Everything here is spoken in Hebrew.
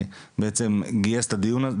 שבעצם גייס את הדיון הזה.